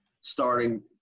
starting